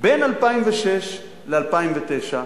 שבין 2006 ל-2009,